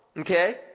okay